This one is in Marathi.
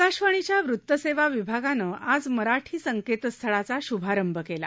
आकाशवाणीच्या वृत्त सेवा विभागानं आज मराठी संकेतस्थळाचा शुभारंभ केला